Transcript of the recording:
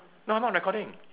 no I'm not recording